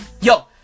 Yo